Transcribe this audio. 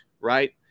right